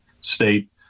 state